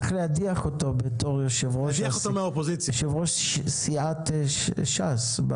צריך להדיח אותו מתפקיד יושב-ראש סיעת ש"ס.